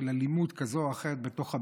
אלימות כזו או אחרת בתוך הבית.